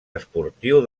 esportiu